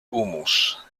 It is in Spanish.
humus